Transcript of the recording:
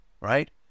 right